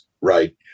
right